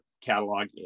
catalog